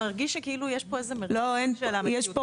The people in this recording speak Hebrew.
זה מרגיש שכאילו יש פה --- אני אעמוד